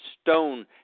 stone